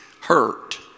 hurt